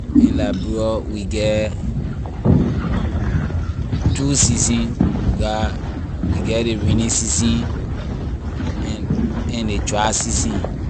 In liberia we get two season we got we get ley raining season and and ley dry season.